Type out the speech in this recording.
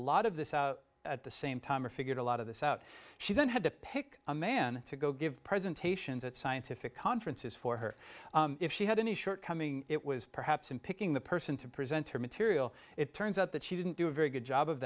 lot of this at the same time or figured a lot of this out she then had to pick a man to go give presentations at scientific conferences for her if she had any shortcoming it was perhaps in picking the person to present her material it turns out that she didn't do a very good job of